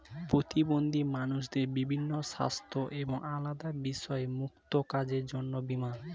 প্রতিবন্ধী মানুষদের বিভিন্ন সাস্থ্য এবং আলাদা বিষয় যুক্ত কাজের জন্য বীমা